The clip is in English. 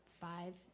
five